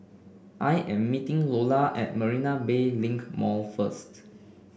I am meeting Lola at Marina Bay Link Mall first